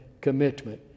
commitment